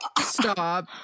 stop